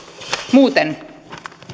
muuten